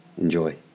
enjoy